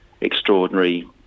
extraordinary